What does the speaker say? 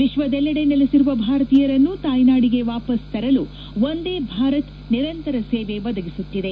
ವಿಕ್ಷದಲ್ಲೆಡೆ ನೆಲೆಸಿರುವ ಭಾರತೀಯರನ್ನು ತಾಯ್ನಾಡಿಗೆ ವಾಪಸ್ ತರಲು ವಂದೇ ಭಾರತ್ ನಿರಂತರ ಸೇವೆ ಒದಗಿಸುತ್ತಿದೆ